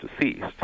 deceased